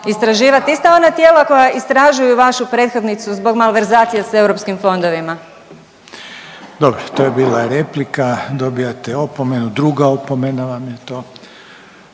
istraživati ista ona tijela koja istražuju vašu prethodnicu zbog malverzacija s europskim fondovima? **Reiner, Željko (HDZ)** Dobro, to je bila replika, dobijate opomenu, druga opomena vam je to.